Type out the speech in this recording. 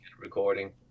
recording